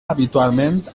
habitualment